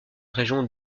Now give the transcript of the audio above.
région